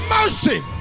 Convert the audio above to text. mercy